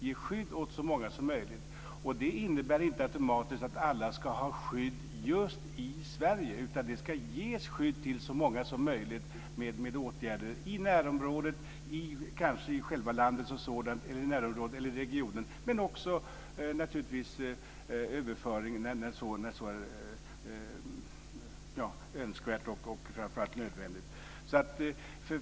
Ge skydd åt så många som möjligt - det innebär inte automatiskt att alla ska ha skydd just i Sverige, utan skydd ska ges till så många som möjligt med åtgärder i närområdet, regionen eller kanske i själva landet som sådant. Även överföring ska naturligtvis ske när det är önskvärt och framför allt nödvändigt.